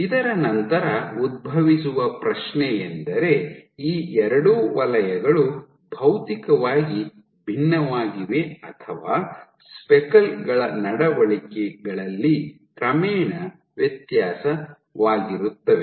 ಇದರ ನಂತರ ಉದ್ಭವಿಸುವ ಪ್ರಶ್ನೆಯೆಂದರೆ ಈ ಎರಡು ವಲಯಗಳು ಭೌತಿಕವಾಗಿ ಭಿನ್ನವಾಗಿವೆ ಅಥವಾ ಸ್ಪೆಕಲ್ ಗಳ ನಡವಳಿಕೆಯಲ್ಲಿ ಕ್ರಮೇಣ ವ್ಯತ್ಯಾಸವಾಗಿರುತ್ತವೆ